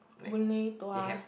Boon-Lay Tuas